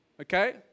Okay